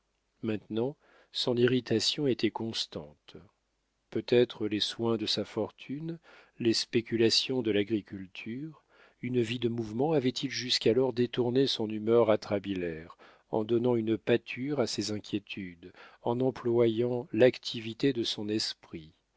maintenant son irritation était constante peut-être les soins de sa fortune les spéculations de l'agriculture une vie de mouvement avaient-ils jusqu'alors détourné son humeur atrabilaire en donnant une pâture à ses inquiétudes en employant l'activité de son esprit